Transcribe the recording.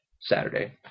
Saturday